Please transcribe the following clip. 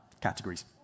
categories